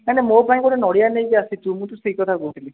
ନାଇଁ ନାଇଁ ମୋ ପାଇଁ ଗୋଟେ ନଡ଼ିଆ ନେଇକି ଆସିଥିବୁ ମୁଁ ତ ସେହି କଥା କହୁଥିଲି